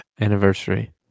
anniversary